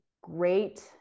great